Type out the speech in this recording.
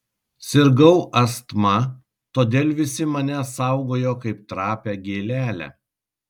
sirgau astma todėl visi mane saugojo kaip trapią gėlelę